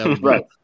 right